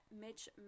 mitch